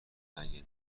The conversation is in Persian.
اگه